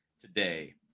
today